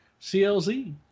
CLZ